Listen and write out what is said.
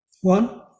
One